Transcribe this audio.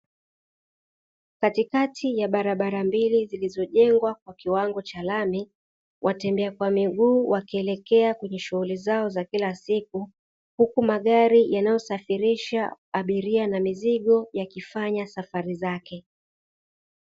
Katikati ya barabara mbili zilizojengwa kwa kiwango cha lami, watembea kwa miguu wakielekea kwenye shughuli zao za kila siku. Huku magari yanayosafirisha abiria na mizigo yakifanya safari zake.